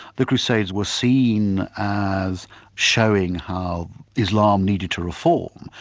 the crusades were seen as showing how islam needed to reform.